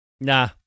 Nah